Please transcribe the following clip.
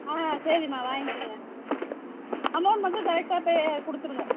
ஆ சரிம்மா வாங்கிகங்க அமௌண்ட் மட்டும் கரெக்ட்டாக பே கொடுத்துடுங்க